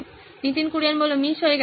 Nitin Kurian miss হয়ে গেছে হ্যাঁ